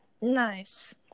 Nice